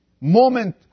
moment